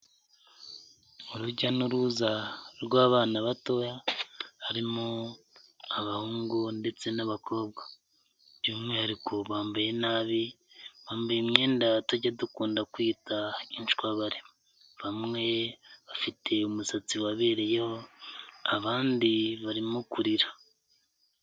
Urujya n'uruza rw'abana batoya harimo abahungu ndetse n'abakobwa by'umwihariko bambaye nabi, bambaye imyenda tujya dukunda kwita inshwabare, bamwe bafite umusatsi wabereyeho abandi barimo kurira.